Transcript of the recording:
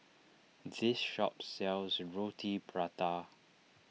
this shop sells Roti Prata